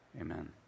Amen